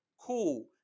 cool